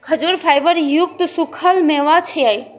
खजूर फाइबर युक्त सूखल मेवा छियै